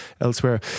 elsewhere